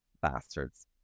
bastards